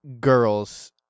girls